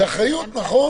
זו אחריות, נכון.